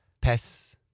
Pest